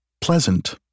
pleasant